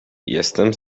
jestem